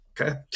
Okay